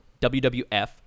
WWF